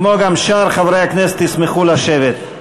וגם שאר חברי הכנסת, שישמחו לשבת.